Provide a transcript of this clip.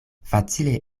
facile